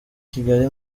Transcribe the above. kigali